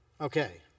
Okay